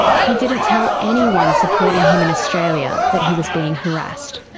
he didn't tell anyone supporting him in australia that he was being harassed.